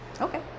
okay